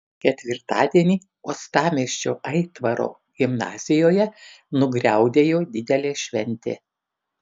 ketvirtadienį uostamiesčio aitvaro gimnazijoje nugriaudėjo didelė šventė